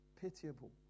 pitiable